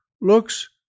looks